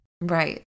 Right